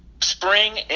Spring